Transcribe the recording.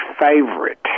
favorite